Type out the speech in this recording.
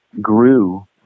grew